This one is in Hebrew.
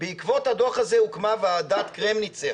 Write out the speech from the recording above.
בעקבות הדוח הזה הוקמה ועדת קרמניצר